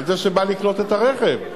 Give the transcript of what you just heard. על זה שבא לקנות את הרכב.